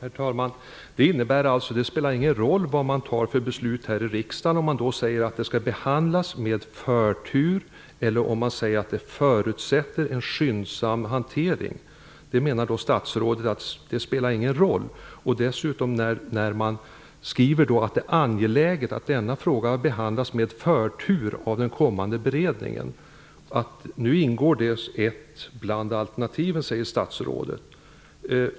Herr talman! Det innebär alltså att det inte spe lar någon roll vilka beslut man fattar här i riksda gen. Statsrådet menar att det inte spelar någon roll om vi säger att det skall behandlas med förtur eller att det förutsätter en skyndsam hantering. Här har man dessutom skrivit att det är angeläget att denna fråga behandlas med förtur av den kom mande beredningen. Nu säger statsrådet att det ingår bland alternativen.